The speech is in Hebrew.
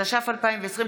התש"ף 2020,